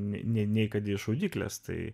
nei kad jie šaudyklės tai